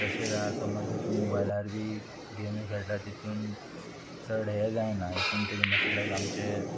तशेंच आतां समज जर तूं मोबायलार बी गेम खेळटा तितून चड हे जायना हितून तरी मातशे लायक आमचें